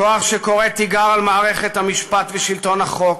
כוח שקורא תיגר על מערכת המשפט ושלטון החוק,